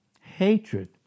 hatred